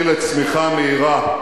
להביא לצמיחה מהירה,